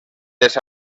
les